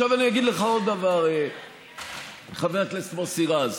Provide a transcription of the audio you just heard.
עכשיו אני אגיד לך עוד דבר, חבר הכנסת מוסי רז.